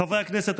חברי הכנסת,